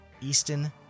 Easton